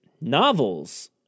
novels